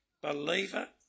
believer